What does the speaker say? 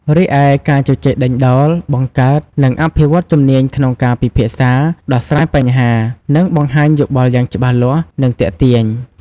រីឯ ការជជែកដេញដោល បង្កើត និងអភិវឌ្ឍជំនាញក្នុងការពិភាក្សា ដោះស្រាយបញ្ហា និងបង្ហាញយោបល់យ៉ាងច្បាស់លាស់ និងទាក់ទាញ។